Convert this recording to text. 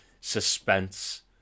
suspense